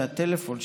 זה הטלפון שלי,